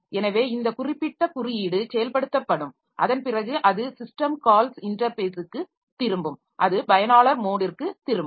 எனவே இந்த குறிப்பிட்ட குறியீடு செயல்படுத்தப்படும் அதன் பிறகு அது சிஸ்டம் கால்ஸ் இன்டர்ஃபேஸிற்கு திரும்பும் அது பயனாளர் மோடிற்கு திரும்பும்